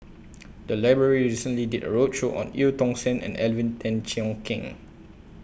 The Library recently did A roadshow on EU Tong Sen and Alvin Tan Cheong Kheng